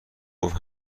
گفت